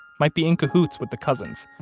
might be in cahoots with the cousins,